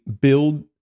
build